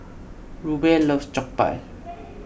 Rube loves Jokbal